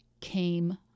came